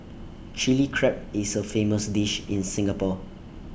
Chilli Crab is A famous dish in Singapore